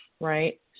right